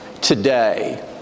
today